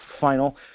final